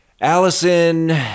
Allison